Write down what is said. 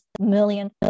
million